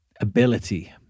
ability